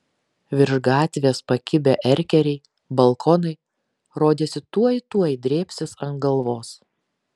virš gatvės pakibę erkeriai balkonai rodėsi tuoj tuoj drėbsis ant galvos